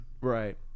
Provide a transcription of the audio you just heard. Right